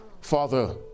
father